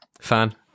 Fan